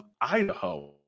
Idaho